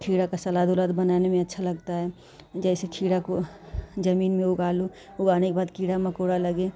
खीरा का सलाद उलाद बनाने में अच्छा लगता है जैसे खीरा को ज़मीन में उगा ले उगाने के बाद कीड़ा मकौड़ा लगे